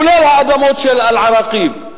כולל האדמות של אל-עראקיב.